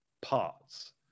parts